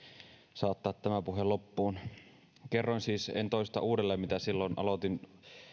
saattaa tämä puhe loppuun en toista uudelleen mitä silloin aloitin